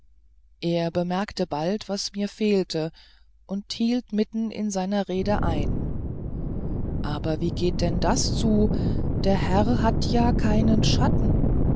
er bemerkte bald was mir fehlte und hielt mitten in seiner rede ein aber wie geht denn das zu der herr hat ja keinen schatten